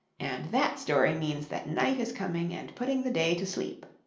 and that story means that night is coming and putting the day to sleep.